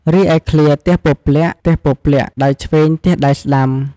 រីឯឃ្លា «ទះពព្លាក់ ទះពព្លាក់ ដៃឆ្វេង ទះដៃស្តាំ» ។